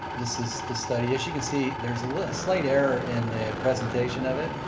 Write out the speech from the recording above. this is the study, as you can see there's a slight error in the presentation of it.